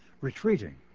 retreating